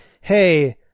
hey